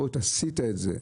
עשית את זה.